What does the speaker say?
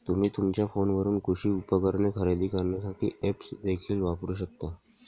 तुम्ही तुमच्या फोनवरून कृषी उपकरणे खरेदी करण्यासाठी ऐप्स देखील वापरू शकता